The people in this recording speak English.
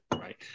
right